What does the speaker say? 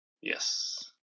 Yes